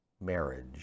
marriage